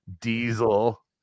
Diesel